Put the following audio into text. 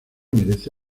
merece